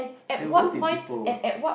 there will be people